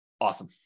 Awesome